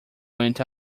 went